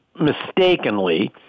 mistakenly